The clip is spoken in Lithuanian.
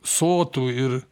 sotų ir